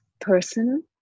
person